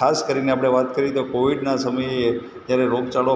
ખાસ કરીને આપણે વાત કરીએ તો કોવિડના સમયે જ્યારે રોગચાળો